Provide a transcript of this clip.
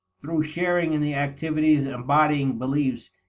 through sharing in the activities embodying beliefs,